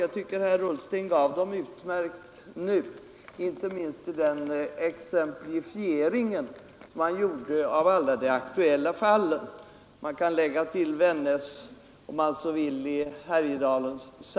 Jag tycker att herr Ullsten utmärkt redogjorde för dem inte minst i sin exemplifiering med de aktuella fallen — man kan, om man så vill, lägga till Tännäs.